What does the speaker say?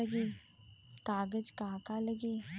कागज का का लागी?